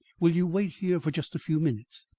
will you wait here for just a few minutes?